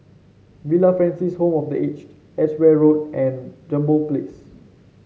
Villa Francis Home for The Aged Edgware Road and Jambol Place